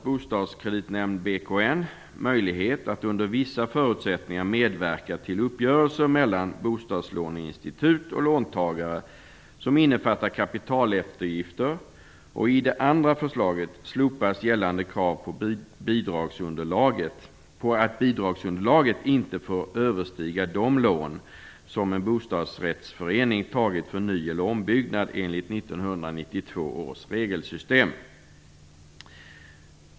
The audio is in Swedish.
BKN, möjlighet att under vissa förutsättningar medverka till uppgörelser mellan bostadslåneinstitut och låntagare som innefattar kapitaleftergifter. I det andra förslaget slopas gällande krav på att bidragsunderlaget inte får överstiga de lån som en bostadsrättsförening tagit för ny eller ombyggnad enligt 1992 års regelsystem.